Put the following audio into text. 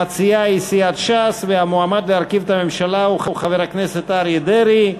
המציעה היא סיעת ש"ס והמועמד להרכיב את הממשלה הוא חבר הכנסת אריה דרעי.